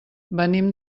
venim